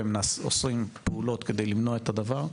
ונעשים פעולות כדי למנוע את הדבר.